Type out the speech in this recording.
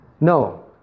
No